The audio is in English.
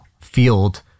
field